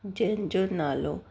जंहिंजो नालो